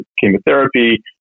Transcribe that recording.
chemotherapy